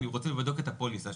אני רוצה לראות את הפוליסה,